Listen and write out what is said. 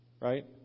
Right